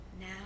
now